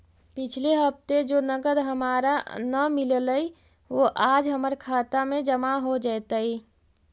पिछले हफ्ते जो नकद हमारा न मिललइ वो आज हमर खता में जमा हो जतई